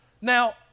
now